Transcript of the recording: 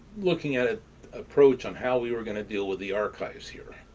looking at it approach on how we were going to deal with the archives here.